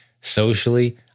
socially